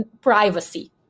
privacy